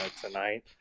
tonight